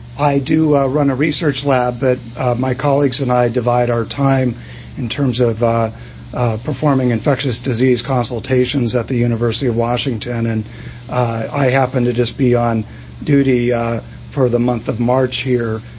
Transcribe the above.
i do run a research lab, but my colleagues and i divide our time in terms of performing infectious disease consultations at the university of washington. and i happened to just be on duty for the month of march here.